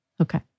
Okay